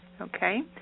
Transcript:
okay